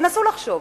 תנסו לחשוב.